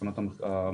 תודה.